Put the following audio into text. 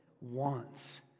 wants